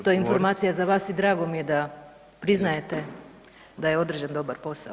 To je informacija za vas i drago mi je priznajete da je odrađen dobar posao.